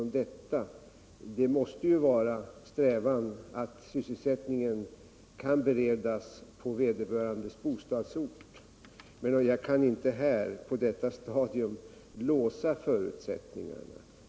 En strävan måste vara att sysselsättning kan beredas på vederbörandes bostadsort, men jag kan inte på detta stadium låsa förutsättningarna.